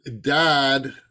dad